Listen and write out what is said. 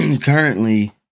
currently